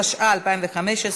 התשע"ה 2015,